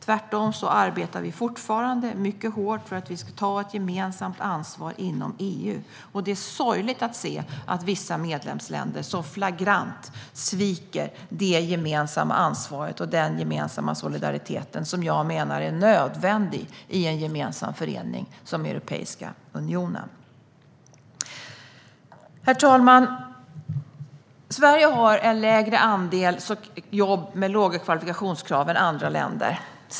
Tvärtom arbetar vi fortfarande mycket hårt för att vi ska ta ett gemensamt ansvar inom EU. Det är sorgligt att se att vissa medlemsländer flagrant sviker det gemensamma ansvar och den gemensamma solidaritet som jag menar är en nödvändighet i en gemensam förening som Europeiska unionen. Herr talman! Sverige har en lägre andel jobb med låga kvalifikationskrav än andra länder.